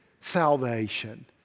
salvation